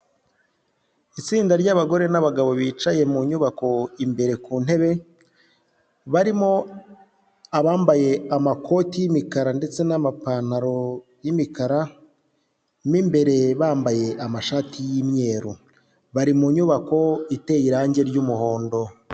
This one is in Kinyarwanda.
Itsinda ry'abagore n'abagabo bicaye mu nyubako imbere ku ntebe, barimo abambaye amakoti y'imikara ndetse n'amapantaro y'imikara, mu imbere bambaye amashati y'imyeru, bari mu nyubako iteye irange ry'umuhondo.